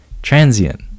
Transient